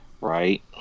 Right